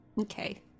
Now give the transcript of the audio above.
Okay